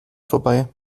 vorbei